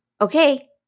okay